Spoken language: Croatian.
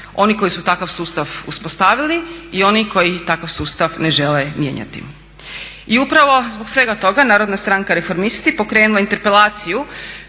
oni koji su takav sustav uspostavili i oni koji takav sustav ne žele mijenjati. I upravo zbog svega toga Narodna stranka Reformisti pokrenula je interpelaciju